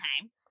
time